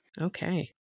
Okay